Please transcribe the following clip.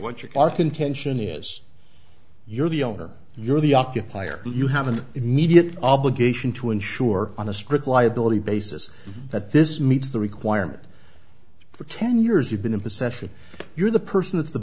what you are contention is you're the owner you're the occupier you have an immediate obligation to ensure on a strict liability basis that this meets the requirement for ten years you've been in possession you're the person th